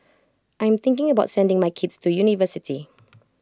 I am thinking about sending my kids to university